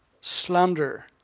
Slander